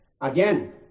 Again